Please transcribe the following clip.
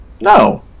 No